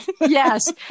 Yes